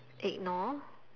ignore